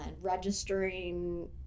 registering